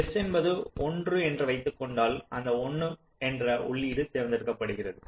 S என்பது 1 என்று வைத்துக் கொண்டால் அந்த 1 என்ற உள்ளீடு தேர்ந்தெடுக்கப்படுகிறது